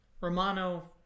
Romano